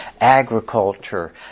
agriculture